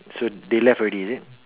so they left already is it